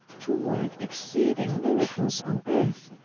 to worke exceeding myracles on earth.